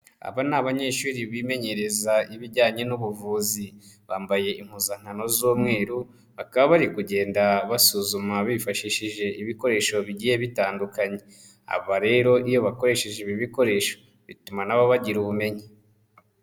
Aba ni abanyeshuri bimenyereza ibijyanye n'ubuvuzi, bambaye impuzankano z'umweru, bakaba bari kugenda basuzuma bifashishije ibikoresho bigiye bitandukanye, aba rero iyo bakoresheje ibi bikoresho bituma na bo bagira ubumenyi.